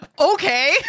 okay